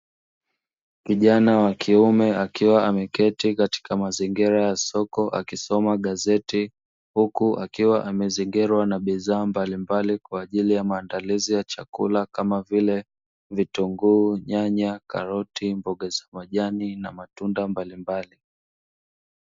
Kijana wa kiume akiwa ameketi katika mazingira ya soko, akisoma gazeti. Huku akiwa amezingirwa na bidhaa mbalimbali kwa ajili ya maandalizi ya chakula kama vile vitunguu, nyanya, karoti, mboga za majani na matunda mbalimbali.